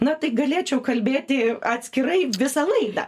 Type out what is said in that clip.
na tai galėčiau kalbėti atskirai visą laidą